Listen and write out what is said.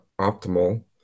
optimal